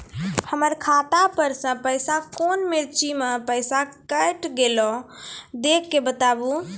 हमर खाता पर से पैसा कौन मिर्ची मे पैसा कैट गेलौ देख के बताबू?